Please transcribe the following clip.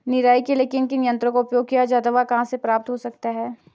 निराई के लिए किन किन यंत्रों का उपयोग किया जाता है वह कहाँ प्राप्त हो सकते हैं?